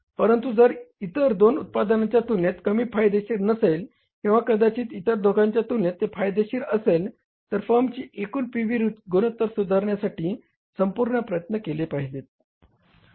परंतु जर इतर दोन उत्पादनांच्या तुलनेत कमी फायदेशीर नसेल किंवा कदाचित इतर दोघांच्या तुलनेत ते फायदेशीर असेल तर फर्मचे एकूण पी व्ही गुणोत्तर सुधारण्यासाठी संपूर्ण प्रयत्न केले पाहिजेत